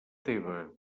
teva